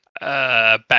Back